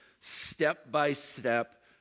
step-by-step